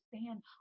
stand